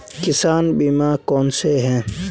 किसान बीमा कौनसे हैं?